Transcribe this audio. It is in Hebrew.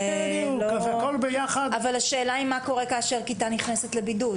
אבל השאלה היא מה קורה כאשר כיתה נכנסת לבידוד?